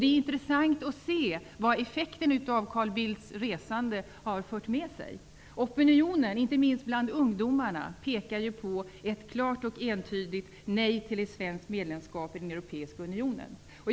Det är intressant att se effekten av Carl Bildts resande och vad det har fört med sig. Opinionen inte minst bland ungdomarna pekar på ett klart och entydigt nej till ett svenskt medlemskap i den europeiska unionen.